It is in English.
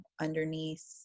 underneath